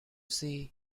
see